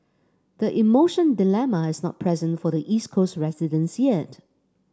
the emotion dilemma is not present for the East Coast residents yet